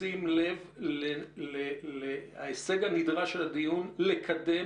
בשים לב להישג הנדרש של הדיון לקדם